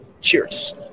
Cheers